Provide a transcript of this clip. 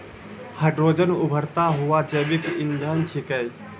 hydrogen उभरता हुआ जैविक इंधन छिकै